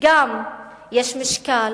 שגם יש משקל,